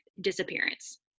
disappearance